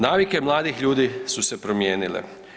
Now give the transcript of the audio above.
Navike mladih ljudi su se promijenile.